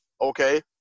Okay